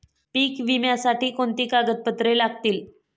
पीक विम्यासाठी कोणती कागदपत्रे लागतील?